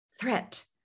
threat